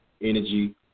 energy